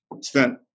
Spent